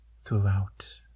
throughout